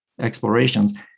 explorations